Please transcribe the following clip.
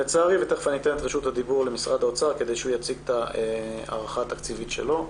תכף אתן למשרד האוצר להציג את ההערכה התקציבית שלו,